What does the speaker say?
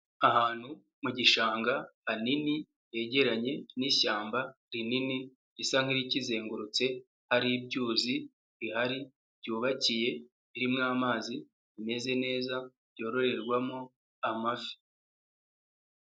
Ahantu mu gishanga, hanini, hegeranye, n'ishyamba, rinini, risa nkirikizengurutse ari ibyuzi, bihari, byubakiye, birimo amazi, bimeze neza, byororerwamo amafi.